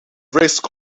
risk